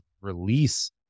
release